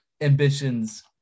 ambitions